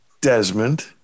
Desmond